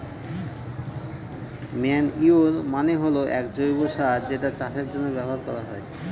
manure মানে হল এক জৈব সার যেটা চাষের জন্য ব্যবহার করা হয়